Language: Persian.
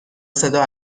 صدا